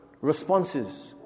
responses